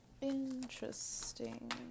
Interesting